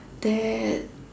that